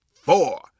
four